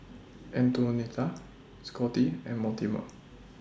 Antonetta Scotty and Mortimer